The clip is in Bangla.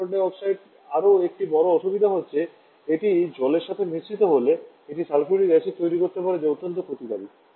সালফার ডাই অক্সাইডের আরও একটি বড় অসুবিধা রয়েছে যে এটি জলের সাথে মিশ্রিত হলে এটি সালফিউরিক অ্যাসিড তৈরি করতে পারে যা অত্যন্ত ক্ষয়কারী